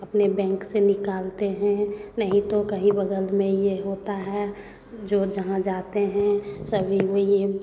अपने बैंक से निकालते हैं नहीं तो कहीं बगल में यह होता है जो जहाँ जाते हैं सभी वही